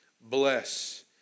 Bless